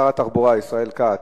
שר התחבורה ישראל כץ,